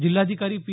जिल्हाधिकारी पी